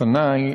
לפני,